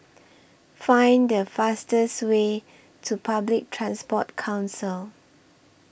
Find The fastest Way to Public Transport Council